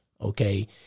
Okay